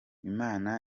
imana